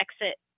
exit